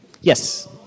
Yes